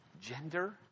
gender